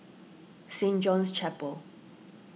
Saint John's Chapel